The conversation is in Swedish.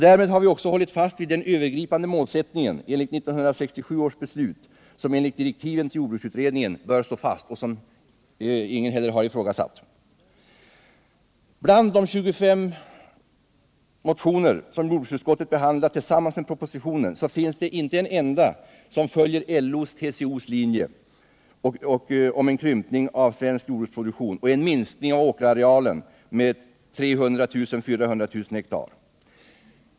Därmed har vi också hållit fast vid den övergripande målsättningen enligt 1967 års beslut, som enligt direktiven till jordbruksutredningen bör stå fast och som ingen heller har ifrågasatt. Bland de 25 motioner som jordbruksutskottet behandlat tillsammans med propositionen finns inte en enda som följer LO:s och TCO:s linje och förordar en krympning av svensk jordbruksproduktion och en minskning av åkerarealen med 300 000-400 000 hektar.